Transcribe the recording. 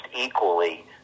equally